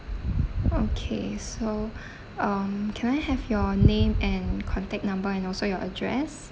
okay so um can I have your name and contact number and also your address